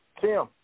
Tim